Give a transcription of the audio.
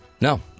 No